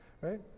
right